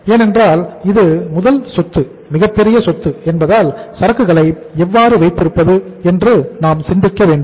ஏனென்றால் இது முதல் சொத்து மிகப்பெரிய சொத்து என்பதால் சரக்குகளை எவ்வாறு வைத்திருப்பது என்று நாம் சிந்திக்க வேண்டும்